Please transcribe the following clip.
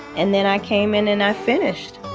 and then i came in and i finished.